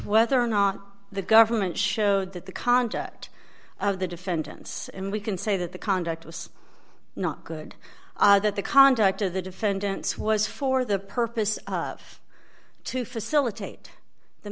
whether or not the government showed that the conduct of the defendants and we can say that the conduct was not good that the conduct of the defendants was for the purpose of to facilitate the